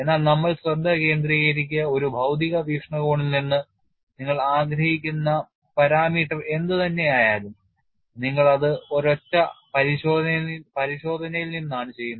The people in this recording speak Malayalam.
എന്നാൽ നമ്മൾ ശ്രദ്ധ കേന്ദ്രീകരിക്കുക ഒരു ഭൌതിക വീക്ഷണകോണിൽ നിന്ന് നിങ്ങൾ ആഗ്രഹിക്കുന്ന പാരാമീറ്റർ എന്തുതന്നെയായാലും നിങ്ങൾ അത് ഒരൊറ്റ പരിശോധനയിൽ നിന്നാണ് ചെയ്യുന്നത്